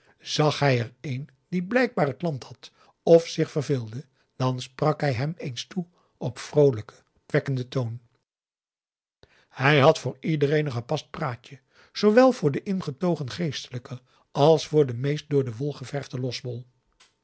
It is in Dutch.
zag hij er een die blijkbaar het land had of zich verveelde dan sprak hij hem eens toe op vroolijken opwekkenden toon hij had voor iedereen een gepast praatje zoowel voor den ingetogen geestelijke als voor den meest door de wol geverfden losbol